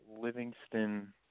Livingston